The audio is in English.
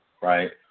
Right